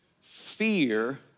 Fear